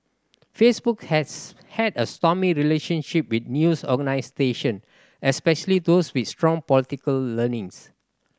Facebook has had a stormy relationship with news organisation especially those with strong political leanings